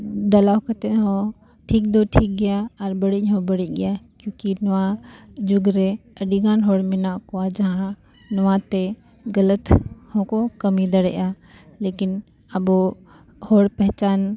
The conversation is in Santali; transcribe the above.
ᱰᱟᱞᱟᱣ ᱠᱟᱛᱮᱫ ᱦᱚᱸ ᱴᱷᱤᱠ ᱫᱚ ᱴᱷᱤᱠ ᱜᱮᱭᱟ ᱟᱨ ᱵᱟᱹᱲᱤᱡ ᱦᱚᱸ ᱵᱟᱹᱲᱤᱡ ᱜᱮᱭᱟ ᱠᱤᱭᱩᱠᱤ ᱱᱚᱣᱟ ᱡᱩᱜᱽ ᱨᱮ ᱟᱹᱰᱤᱜᱟᱱ ᱦᱚᱲ ᱢᱮᱱᱟᱜ ᱠᱚᱣᱟ ᱡᱟᱦᱟᱸ ᱱᱚᱣᱟ ᱛᱮ ᱜᱚᱞᱚᱛ ᱦᱚᱸᱠᱚ ᱠᱟᱹᱢᱤ ᱫᱟᱲᱮᱭᱟᱜᱼᱟ ᱞᱮᱠᱤᱱ ᱟᱵᱚ ᱦᱚᱲ ᱯᱮᱦᱪᱟᱱ